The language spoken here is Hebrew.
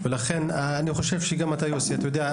ולכן גם היו"ר מודע לנושא,